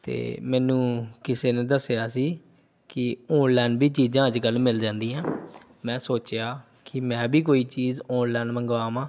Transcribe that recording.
ਅਤੇ ਮੈਨੂੰ ਕਿਸੇ ਨੇ ਦੱਸਿਆ ਸੀ ਕਿ ਔਨਲਾਈਨ ਵੀ ਚੀਜ਼ਾਂ ਅੱਜ ਕੱਲ੍ਹ ਮਿਲ ਜਾਂਦੀਆਂ ਮੈਂ ਸੋਚਿਆ ਕਿ ਮੈਂ ਵੀ ਕੋਈ ਚੀਜ਼ ਔਨਲਾਈਨ ਮੰਗਾਵਾਂ